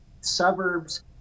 suburbs